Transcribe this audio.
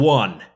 one